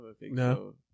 No